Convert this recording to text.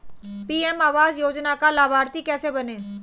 PM आवास योजना का लाभर्ती कैसे बनें?